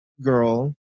girl